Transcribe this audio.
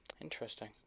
Interesting